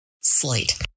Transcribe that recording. slate